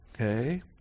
Okay